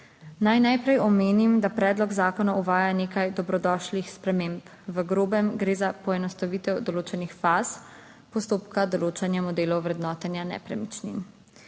Naj najprej omenim, da predlog zakona uvaja nekaj dobrodošlih sprememb. V grobem gre za poenostavitev določenih faz postopka določanja modelov vrednotenja nepremičnin,